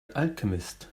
alchemist